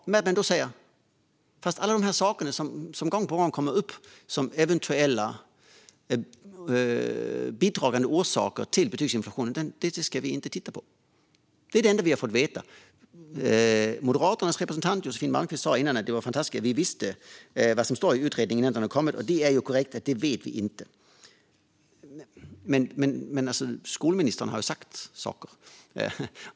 Men låt mig ändå säga att det enda vi har fått veta är att alla de saker som kommer upp gång på gång som eventuella bidragande orsaker till betygsinflationen ska man tydligen inte titta på. Moderaternas representant Josefin Malmqvist sa förut att det var fantastiskt att vi visste vad som står i utredningen innan den har kommit. Det är korrekt att vi inte vet det. Däremot har skolministern sagt saker.